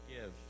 give